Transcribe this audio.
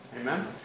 Amen